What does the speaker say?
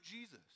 Jesus